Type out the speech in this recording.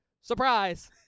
surprise